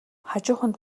хажууханд